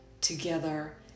together